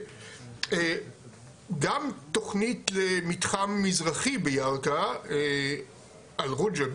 גם תוכנית למתחם מזרחי בירכא, עלרוג'ה,